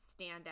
standout